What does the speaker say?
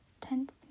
Tenth